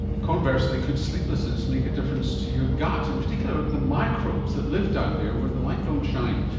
conversely, could sleeplessness make a difference to your gut, in particular the microbes that live down there where the light don't shine.